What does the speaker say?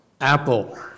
Apple